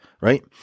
right